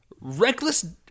Reckless